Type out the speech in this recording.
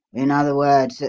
in other words,